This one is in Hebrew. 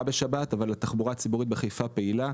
בשבת אבל התחבורה הציבורית בחיפה פעילה.